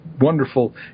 wonderful